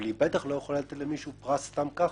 אבל היא בטח לא יכולה לתת למישהו פרס סתם ככה.